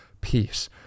peace